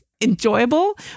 enjoyable